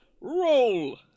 Roll